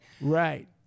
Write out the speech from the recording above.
right